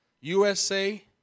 USA